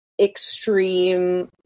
extreme